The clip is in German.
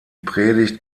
predigt